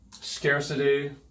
Scarcity